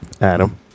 Adam